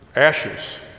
ashes